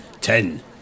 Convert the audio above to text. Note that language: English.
Ten